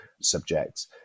subjects